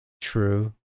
True